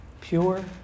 Pure